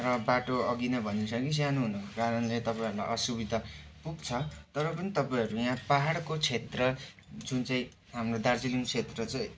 र बाटो अघि नै भनिसकेँ सानो हुनाको कारणले तपाईँहरूलाई असुविधा पुग्छ तर पनि तपाईँहरू यहाँ पाहाडको क्षेत्र जुन चाहिँ हाम्रो दार्जिलिङ क्षेत्र चाहिँ